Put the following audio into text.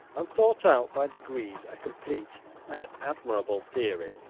and thought out by degrees a complete and admirable theory,